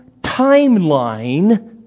timeline